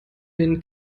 den